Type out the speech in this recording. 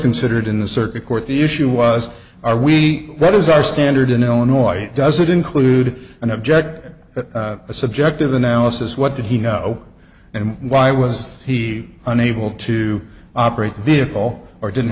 considered in the circuit court the issue was are we what is our standard in illinois does it include an object or a subjective analysis what did he know and why was he unable to operate a vehicle or didn't